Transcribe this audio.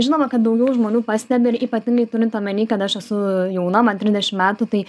žinoma kad daugiau žmonių pastebi ir ypatingai turint omeny kad aš esu jauna man trisdešimt metų tai